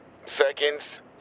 Seconds